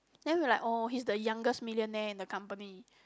then we like oh he is the youngest millionaire in the company